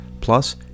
Plus